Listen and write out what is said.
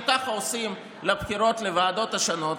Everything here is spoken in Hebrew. אם ככה עושים בבחירות לוועדות השונות,